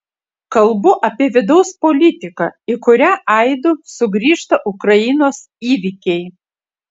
kalbu apie vidaus politiką į kurią aidu sugrįžta ukrainos įvykiai